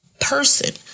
person